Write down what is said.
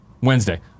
Wednesday